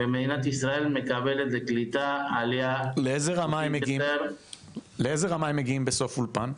ומדינת ישראל מקבלת לקליטה עליה --- לאיזה רמה הם מגיעים בסוף אולפן?